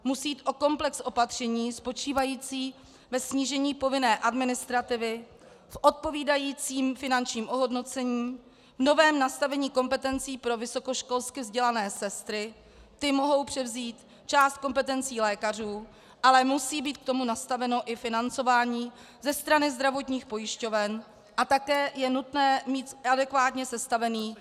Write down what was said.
Musí jít o komplex opatření spočívajících ve snížení povinné administrativy, v odpovídajícím finančním ohodnocení, novém nastavení kompetencí pro vysokoškolsky vzdělané sestry, ty mohou převzít část kompetencí lékařů, ale musí být k tomu nastaveno i financování ze strany zdravotních pojišťoven a také je nutné mít adekvátně sestavený ošetřovatelský tým.